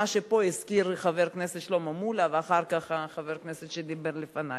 שפה הזכיר חבר הכנסת שלמה מולה ואחר כך חבר הכנסת שדיבר לפני.